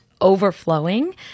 overflowing